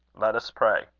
let us pray.